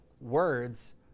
words